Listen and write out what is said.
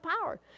power